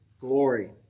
glory